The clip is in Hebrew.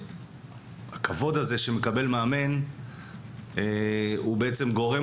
הכבוד הזה שמקבל מאמן הוא בעצם גורם